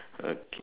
okay